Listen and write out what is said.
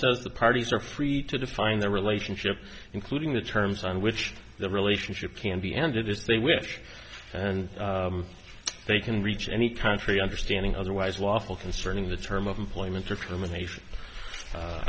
so the parties are free to define their relationship including the terms on which the relationship can be ended if they wish and they can reach any country understanding otherwise lawful concerning the term of employment or